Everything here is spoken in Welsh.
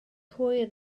hwyr